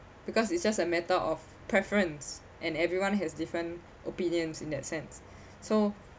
because it's just a matter of preference and everyone has different opinions in that sense so